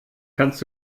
kannst